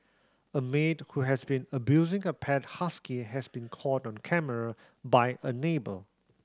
a maid who has been abusing a pet husky has been caught on camera by a neighbour